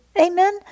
Amen